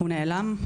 הוא נעלם,